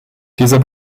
dieser